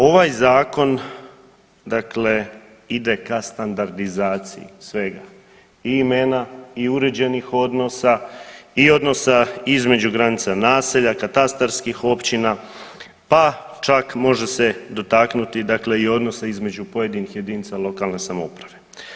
Ovaj Zakon dakle ide ka standardizaciji, svega, i imena i uređenih odnosa i odnosa između granica naselja, katastarskih općina, pa čak može se dotaknuti i dakle i odnosa između pojedinih jedinica lokalne samouprave.